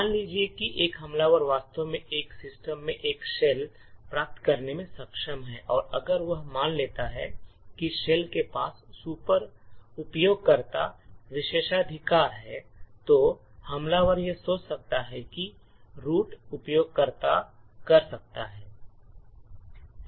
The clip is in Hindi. मान लीजिए कि एक हमलावर वास्तव में एक सिस्टम में एक शेल प्राप्त करने में सक्षम है और अगर वह मान लेता है कि शेल के पास सुपर उपयोगकर्ता विशेषाधिकार हैं तो हमलावर यह सोच सकता है कि रूट उपयोगकर्ता कर सकता है